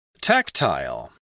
Tactile